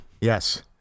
Yes